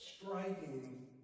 striking